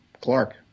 Clark